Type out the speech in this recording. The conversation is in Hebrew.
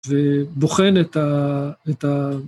ובוחן את ה...את ה…